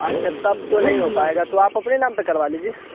अच्छा तब तो नहीं हो पाएगा तो आप अपने नाम पर करवा लीजिए